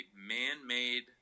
man-made